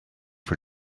for